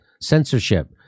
censorship